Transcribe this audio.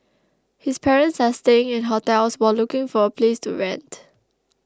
his parents are staying in hotels while looking for a place to rent